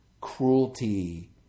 cruelty